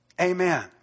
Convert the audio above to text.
Amen